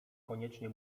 koniecznie